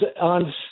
on